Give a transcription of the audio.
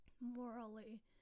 morally